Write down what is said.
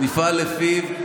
נפעל לפיו,